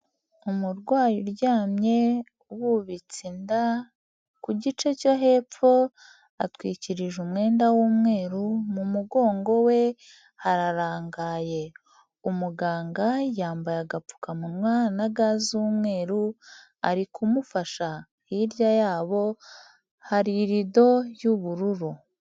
Umurwayi uryamye wubitse inda ku gice cyo hepfo atwikirije umwenda w'umweru mu mugongo we harangaye, umuganga yambaye agapfukamunwa na ga z'umweru ari kumufasha, hirya yabo hari irido ry'ubururu.